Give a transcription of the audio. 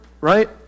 right